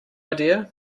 idea